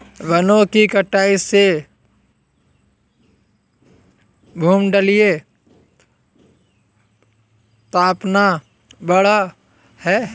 वनों की कटाई से भूमंडलीय तापन बढ़ा है